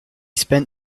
spent